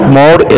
more